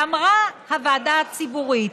ואמרה הוועדה הציבורית: